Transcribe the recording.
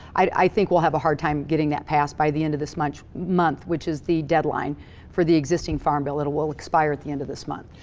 i think we'll have a hard time getting that passed by the end of this month, which is the deadline for the existing farm bill. it will expire at the end of this month.